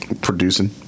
producing